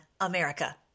America